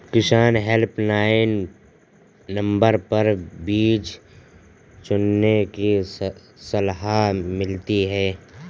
किसान helpline number पर बीज चुनने की सलाह मिलती है